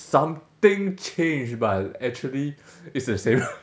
something changed but actually it's the same